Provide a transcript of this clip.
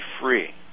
free